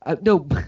No